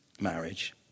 marriage